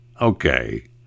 okay